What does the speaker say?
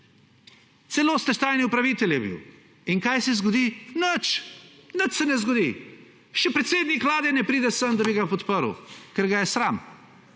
Celo stečajni upravitelj je bil. In kaj se zgodi? Nič. Nič se ne zgodi. Še predsednik Vlade ne pride sem, da bi ga podprl, ker ga je sram.